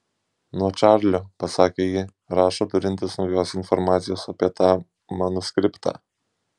nuo čarlio pasakė ji rašo turintis naujos informacijos apie tą manuskriptą